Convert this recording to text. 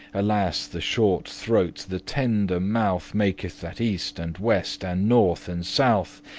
alas! the shorte throat, the tender mouth, maketh that east and west, and north and south,